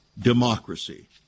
democracy